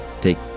take